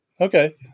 Okay